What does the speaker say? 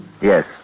Yes